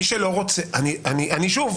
מי שלא רוצה שוב,